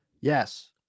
Yes